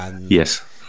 Yes